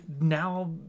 now